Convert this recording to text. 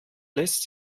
lässt